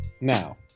Now